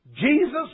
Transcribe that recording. Jesus